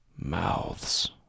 mouths